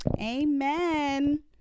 Amen